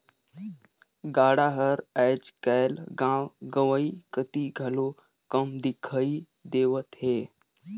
गाड़ा हर आएज काएल गाँव गंवई कती घलो कम दिखई देवत हे